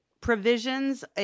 provisions